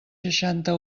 seixanta